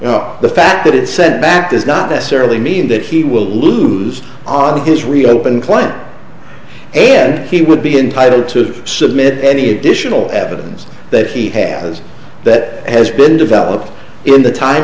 well the fact that it sent back does not necessarily mean that he will lose a lot of his reopen client and he would be entitled to submit any additional evidence that he has that has been developed in the time